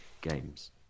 games